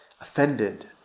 offended